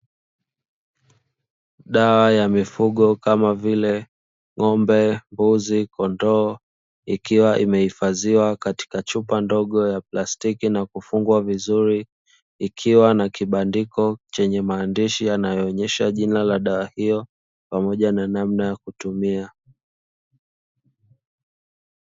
Dawa ya mifugo kama vile ngo'o, mbuzi, kondoo, ikiwa imehifadhiwa katika chupa ndogo ya plastiki na kufungwa vizuri. Ikiwa na kibandiko chenye maandishi yanayoonesha jina la dawa hiyo pamoja na namna ya kutumia.